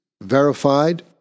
verified